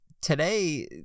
Today